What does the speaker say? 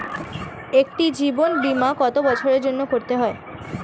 একটি জীবন বীমা কত বছরের জন্য করতে হয়?